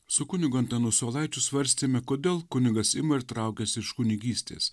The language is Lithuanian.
su kunigu antanu saulaičiu svarstėme kodėl kunigas ima ir traukiasi iš kunigystės